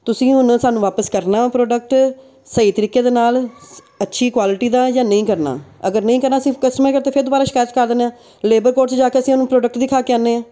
ਤੁਸੀਂ ਹੁਣ ਸਾਨੂੰ ਵਾਪਿਸ ਕਰਨਾ ਉਹ ਪ੍ਰੋਡਕਟ ਸਹੀ ਤਰੀਕੇ ਦੇ ਨਾਲ ਅੱਛੀ ਕੁਆਲਿਟੀ ਦਾ ਜਾਂ ਨਹੀਂ ਕਰਨਾ ਅਗਰ ਨਹੀਂ ਕਰਨਾ ਅਸੀਂ ਕਸਟਮਰ ਕੇਅਰ 'ਤੇ ਫਿਰ ਦੁਬਾਰਾ ਸ਼ਿਕਾਇਤ ਕਰ ਦਿੰਦੇ ਹਾਂ ਲੇਬਰ ਕੋਰਟ 'ਚ ਜਾ ਕੇ ਅਸੀਂ ਉਹਨੂੰ ਪ੍ਰੋਡਕਟ ਦਿਖਾ ਕੇ ਆਉਂਦੇ ਹਾਂ